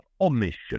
omission